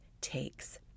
takes